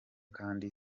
kandi